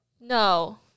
No